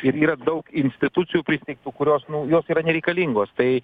ir yra daug institucijų pristeigtų kurios nu jos yra nereikalingos tai